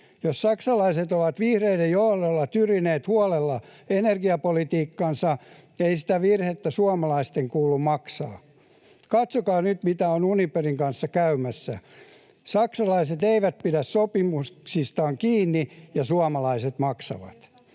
Jos saksalaiset ovat vihreiden johdolla tyrineet huolella energiapolitiikkansa, ei sitä virhettä suomalaisten kuulu maksaa. Katsokaa nyt, mitä on Uniperin kanssa käymässä: saksalaiset eivät pidä sopimuksistaan kiinni ja suomalaiset maksavat.